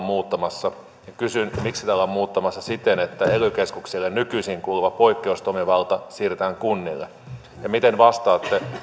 muuttamassa kysyn miksi sitä ollaan muuttamassa siten että ely keskukselle nykyisin kuuluva poikkeustoimivalta siirretään kunnille miten vastaatte